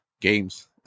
games